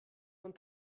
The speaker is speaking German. von